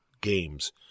Games